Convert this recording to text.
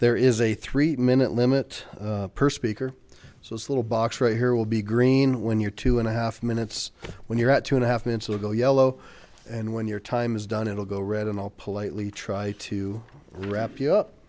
there is a three minute limit per speaker so this little box right here will be green when your two and a half minutes when you're at two and a half minutes ago yellow and when your time is done it will go red and all politely try to wrap you up